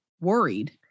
worried